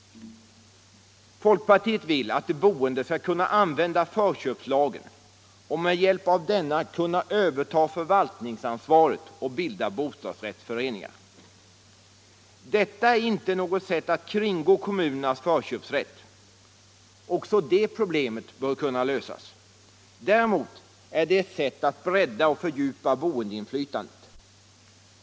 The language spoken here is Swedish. Folkpartiet vill att de boende skall kunna använda förköpslagen och med hjälp av denna kunna överta förvaltningsansvaret och bilda bostadsrättsföreningar. Detta är inte något sätt att kringgå kommunernas förköpsrätt. Också det problemet bör kunna lösas. Däremot är det ett sätt att bredda och fördjupa boendeinflytandet.